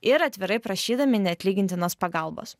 ir atvirai prašydami neatlygintinos pagalbos